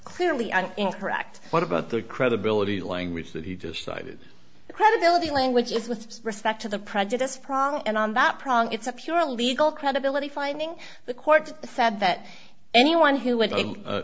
clearly an incorrect what about the credibility language that he just cited credibility languages with respect to the prejudice prong and on that problem it's a purely legal credibility finding the court said that anyone who would